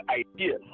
idea